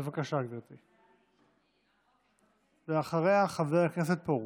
בבקשה, גברתי, ואחריה, חבר הכנסת פרוש.